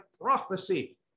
prophecy